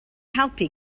helpu